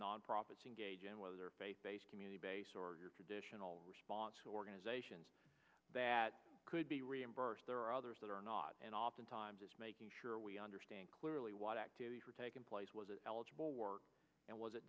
nonprofits engage in whether they're a faith based community based or your traditional response organizations that could be reimbursed there are others that are not and oftentimes is making sure we understand clearly what activities are taking place was eligible work and was